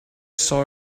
saw